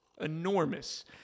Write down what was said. enormous